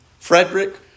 Frederick